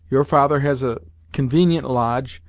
your father has a convenient lodge,